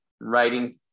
writing